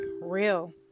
real